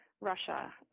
Russia